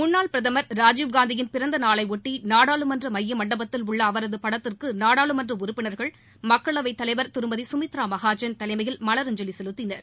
முன்னாள் பிரதமர் ராஜீவ்காந்தியின் பிறந்தநாளையொட்டி நாடாளுமன்ற மைய மண்டபத்தில் உள்ள அவரது படத்திற்கு நாடாளுமன்ற உறுப்பினர்கள் மக்களவைத் தலைவர் திருமதி சுமித்ரா மகாஜன் தலைமையில் மலரஞ்சலி செலுத்தினர்